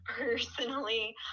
personally